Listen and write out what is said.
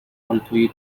پالتوی